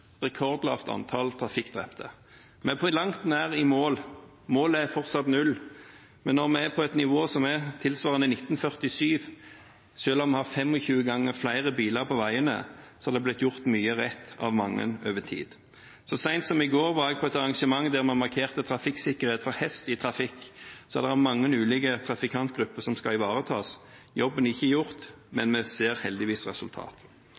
rekordlavt antall trafikkdrepte. Vi er på langt nær i mål. Målet er fortsatt null, men når vi er på et nivå som tilsvarer nivået i 1947, selv om vi har 25 ganger flere biler på veiene, har det blitt gjort mye rett av mange over tid. Så sent som i går var jeg på et arrangement der man markerte trafikksikkerhet for hest i trafikk, så det er mange ulike trafikantgrupper som skal ivaretas. Jobben er ikke gjort, men vi ser heldigvis